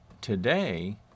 today